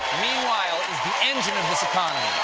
meanwhile the engine of this economy.